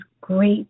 great